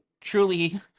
truly